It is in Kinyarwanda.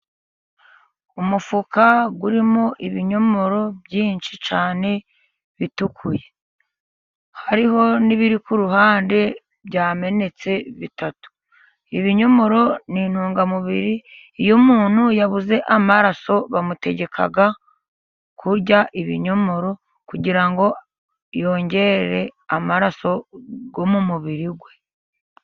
Umufuka urimo ibinyomoro byinshi cyane bitukuye. Hariho n'ibiri ku ruhande byamenetse bitatu. Ibinyomoro ni intungamubiri, iyo umuntu yabuze amaraso bamutegeka kurya ibinyomoro, kugira ngo yongere amaraso yo mu mubiri we.